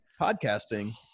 podcasting